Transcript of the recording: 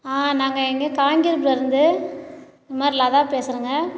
ஆ நாங்கள் இங்கே காங்கியத்துலருந்து இது மாரி லதா பேசுறேங்க